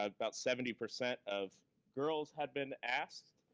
about seventy percent of girls had been asked.